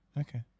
Okay